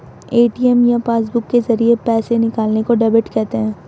ATM या passbook के जरिये पैसे निकालने को डेबिट कहते हैं